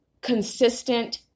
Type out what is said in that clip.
consistent